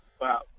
Wow